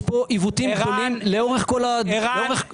יש כאן עיוותים גדולים לאורך כל הארץ.